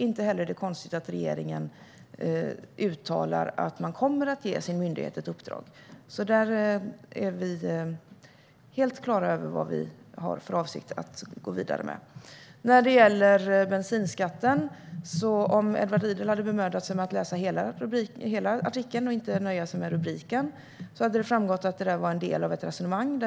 Inte heller är det konstigt att regeringen uttalar att man kommer att ge sin myndighet ett uppdrag. Vi är helt på det klara på med vad vi har för avsikt att gå vidare med. Om Edward Riedl hade bemödat sig om att läsa hela artikeln och inte nöjt sig med rubriken när det gäller bensinskatten skulle det ha framgått att detta var en del av ett resonemang.